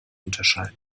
unterscheiden